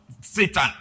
Satan